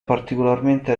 particolarmente